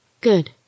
Good